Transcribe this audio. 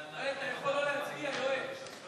יואל, אתה יכול לא להצביע, יואל.